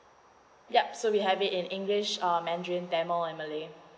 yup so we have it in english uh mandarin tamil and malay